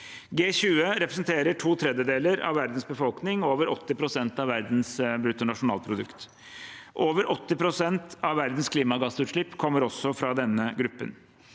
G20 representerer to tredjedeler av verdens befolkning og over 80 pst. av verdens bruttonasjonalprodukt. Over 80 pst. av verdens klimagassutslipp kommer også fra denne gruppen.